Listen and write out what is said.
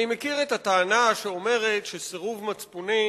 אני מכיר את הטענה שאומרת שסירוב מצפוני